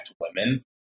women